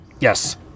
Yes